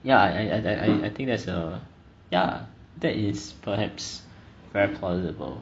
ya I I I I I think that's a ya that is perhaps very plausible